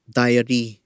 diary